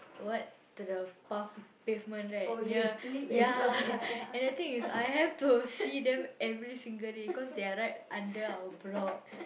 what to the path pavement right ya ya and the thing is I have to see them every single day cause they are right under our block